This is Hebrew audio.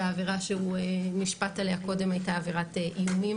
והעבירה שהוא נשפט עליה קודם הייתה עבירת איומים,